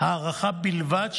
הארכה בלבד,